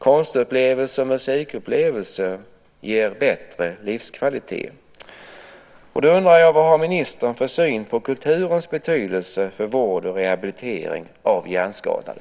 Konstupplevelser och musikupplevelser ger bättre livskvalitet. Jag undrar: Vad har ministern för syn på kulturens betydelse för vård och rehabilitering av hjärnskadade?